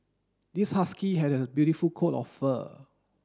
this husky had a beautiful coat of fur